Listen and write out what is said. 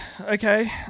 okay